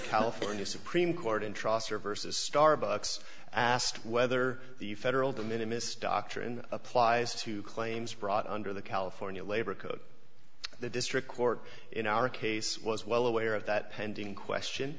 california supreme court in trusts or versus starbucks asked whether the federal the minimus doctrine applies to claims brought under the california labor code the district court in our case was well aware of that pending question